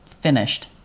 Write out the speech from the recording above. finished